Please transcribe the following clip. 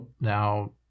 now